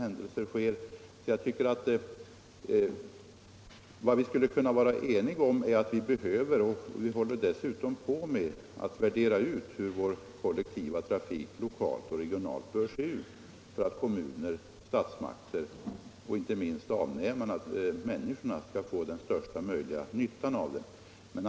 insyn i SJ:s ekonomiska kalkyler Vad vi skulle kunna vara eniga om är att vi behöver värdera ut — och det håller vi f.ö. på att göra — hur vår kollektivtrafik lokalt och regionalt bör se ut för att kommuner, staten och inte minst människorna på de olika orterna skall få den största möjliga nyttan av den.